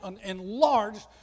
enlarged